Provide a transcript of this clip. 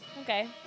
Okay